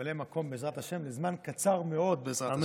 ממלא מקום, בעזרת השם, לזמן קצר מאוד, בעזרת השם.